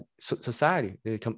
society